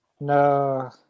No